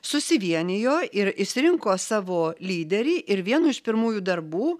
susivienijo ir išsirinko savo lyderį ir vienu iš pirmųjų darbų